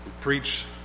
preach